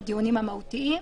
הדיונים המהותיים,